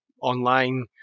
online